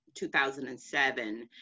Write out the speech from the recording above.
2007